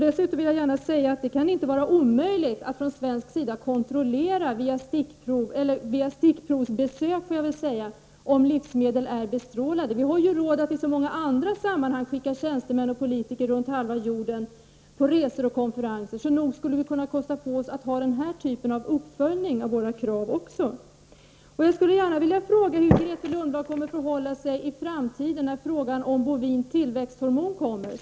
Dessutom kan det inte vara omöjligt att från svensk sida via stickprov -- eller snarare sagt stickprovsbesök -- kontrollera om livsmedel är bestrålade. Vi har ju råd att i så många andra sammanhang skicka tjänstemän och politiker på resor och konferenser runt halva jorden, så nog skulle vi kunna kosta på oss att också ha den här typen av uppföljning av våra krav. Jag vill också fråga hur Grethe Lundblad kommer att förhålla sig i framtiden när frågan om bovint tillväxthormon blir aktuell.